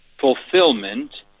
fulfillment